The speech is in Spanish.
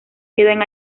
quedan